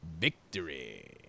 victory